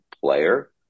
player